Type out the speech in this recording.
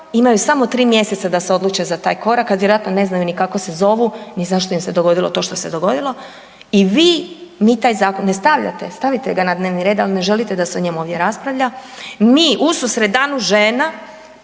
imaju samo 3 mjeseca da se odluče za taj korak, a vjerojatno ne znaju ni kako se zovu ni zašto im se dogodilo to što se dogodilo i vi, mi taj zakon, ne stavljate, stavite ga na dnevni red, ali ne želite da se o njemu ovdje raspravlja. Mi ususret Danu žena